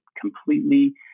completely